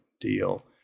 deal